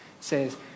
says